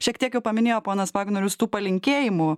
šiek tiek jau paminėjo ponas vagnorius tų palinkėjimų